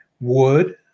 wood